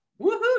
Woohoo